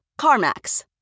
CarMax